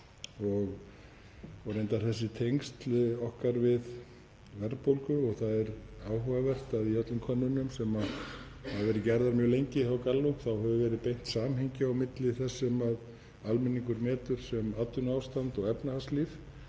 og reyndar þessi tengsl okkar við verðbólgu. Það er áhugavert að í öllum könnunum sem hafa verið gerðar mjög lengi hjá Gallup þá hefur verið beint samhengi á milli þess sem almenningur metur sem atvinnuástand og efnahagslífs,